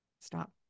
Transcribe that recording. stop